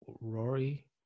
Rory